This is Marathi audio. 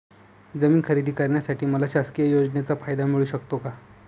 जमीन खरेदी करण्यासाठी मला शासकीय योजनेचा फायदा मिळू शकतो का?